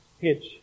pitch